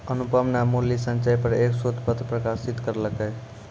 अनुपम न मूल्य संचय पर एक शोध पत्र प्रकाशित करलकय